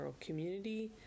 community